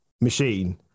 machine